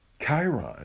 Chiron